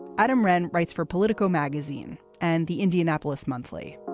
adam wrenn writes for politico magazine and the indianapolis monthly.